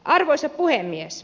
arvoisa puhemies